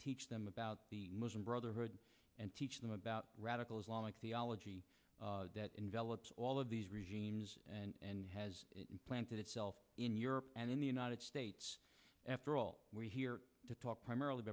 teach them about the muslim brotherhood and teach them about radical islamic theology that envelops all of these regimes and has planted itself in europe and in the united states after all we're here to talk primarily